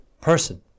person